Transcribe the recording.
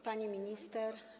Pani Minister!